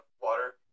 water